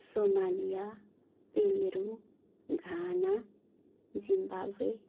Somalia Peru Ghana Zimbabwe